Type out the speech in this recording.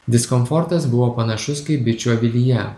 diskomfortas buvo panašus kaip bičių avilyje